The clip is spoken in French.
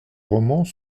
romans